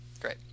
Great